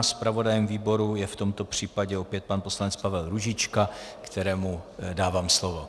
Zpravodajem výboru je v tomto případě opět pan poslanec Pavel Růžička, kterému dávám slovo.